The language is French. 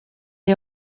est